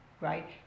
right